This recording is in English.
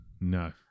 No